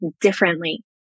differently